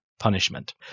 Punishment